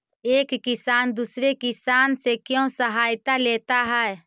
एक किसान दूसरे किसान से क्यों सहायता लेता है?